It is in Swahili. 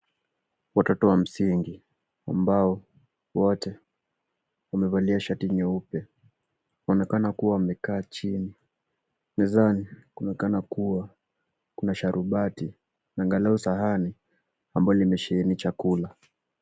Watoto wa msingi ambao wote wamevalia shati nyeupe. Wanaonekana kuwa wamekaa chini. Mezani kunaonekana kuwa kuna sharubati, angalau sahani ambalo limesheheni chakula.